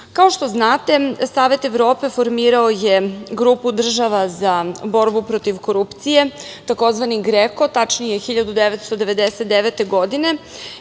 šta znate, Savet Evrope formirao je grupu država za borbu protiv korupcije, tzv. GREKO, tačnije 1999. godine